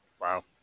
Wow